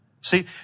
See